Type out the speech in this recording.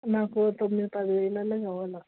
నాకు తొమ్మిది పది వేలల్లో కావాల